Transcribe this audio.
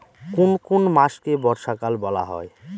কোন কোন মাসকে বর্ষাকাল বলা হয়?